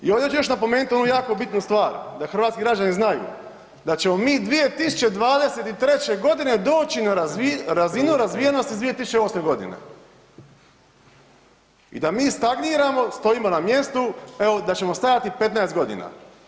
I ovdje ću još napomenuti onako jako bitnu stvar da hrvatski građani znaju da ćemo mi 2023. godine doći na razinu razvijenosti iz 2008. godine i da mi stagniramo, stojimo na mjestu evo da ćemo stajati 15 godina.